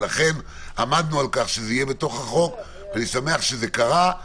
לכן עמדנו על כך שזה יהיה בתוך החוק ואני שמח שזה קרה.